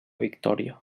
victòria